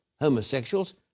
homosexuals